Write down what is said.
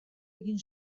egin